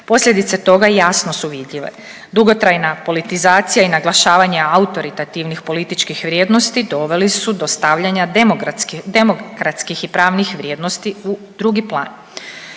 Posljedice toga jasno su vidljive. Dugotrajna politizacija i naglašavanje autoritativnih političkih vrijednosti doveli su do stavljanja demokratskih i pravnih vrijednosti u drugi plan.